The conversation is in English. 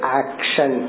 action